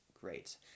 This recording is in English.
Great